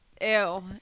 Ew